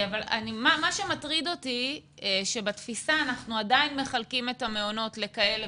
מה שמטריד אותי זה שבתפיסה אנחנו עדיין מחלקים את המעונות לכאלה